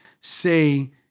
say